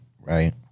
Right